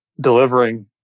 delivering